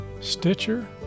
Stitcher